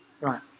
Right